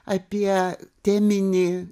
apie teminį